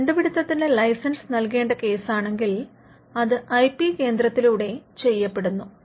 ഒരു കണ്ടുപിടുത്തത്തിന് ലൈസൻസ് നൽകേണ്ട കേസാണെങ്കിൽ അത് ഐ പി കേന്ദ്രത്തിലൂടെ ചെയ്യപ്പെടുന്നു